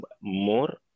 more